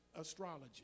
astrology